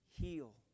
Heal